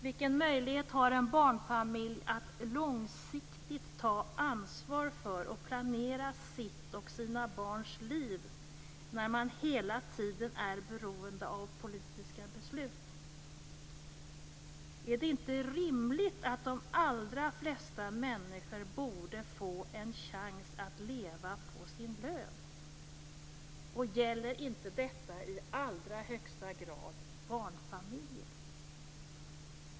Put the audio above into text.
Vilken möjlighet har en barnfamilj att långsiktigt ta ansvar för och planera sitt och sina barns liv när man hela tiden är beroende av politiska beslut? Är det inte rimligt att de allra flesta människor borde få en chans att leva på sin lön? Gäller inte detta i allra högsta grad barnfamiljer?